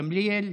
גילה גמליאל,